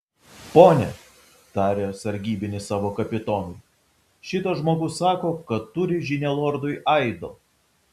pone tarė sargybinis savo kapitonui šitas žmogus sako kad turi žinią lordui aido